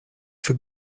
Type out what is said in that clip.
for